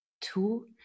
two